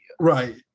Right